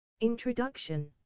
Introduction